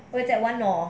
it's at one mall